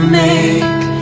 make